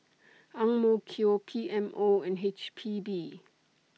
P M O and H P B